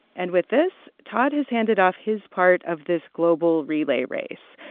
and with this, todd has handed off his part of this global relay race.